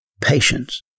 patience